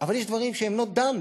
אבל יש דברים שהם done not,